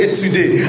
today